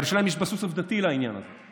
אבל השאלה היא אם יש בסיס עובדתי לעניין הזה.